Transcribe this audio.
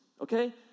okay